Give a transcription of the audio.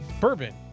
Bourbon